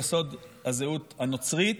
יסוד הזהות הנוצרית,